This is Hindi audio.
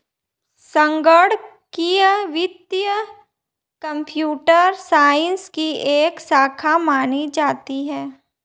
संगणकीय वित्त कम्प्यूटर साइंस की एक शाखा मानी जाती है